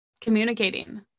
communicating